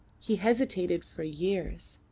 he hesitated for years.